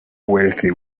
wealthy